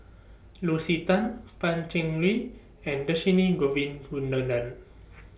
Lucy Tan Pan Cheng Lui and Dhershini Govin Winodan